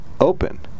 open